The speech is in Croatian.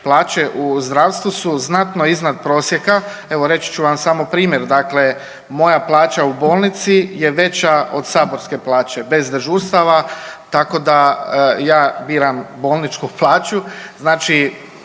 plaće u zdravstvu su znatno iznad prosjeka. Evo reći ću vam samo primjer. Dakle, moja plaća u bolnici je veća od saborske plaće bez dežurstava, tako da ja biram bolničku plaću.